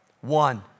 One